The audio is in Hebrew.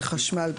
בחשמל,